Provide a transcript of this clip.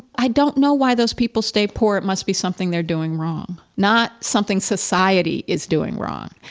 i don't know why those people stay poor, it must be something they're doing wrong, not something society is doing wrong.